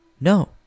No